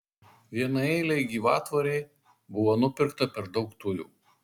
vienaeilei gyvatvorei buvo nupirkta per daug tujų